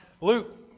Luke